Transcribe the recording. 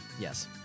Yes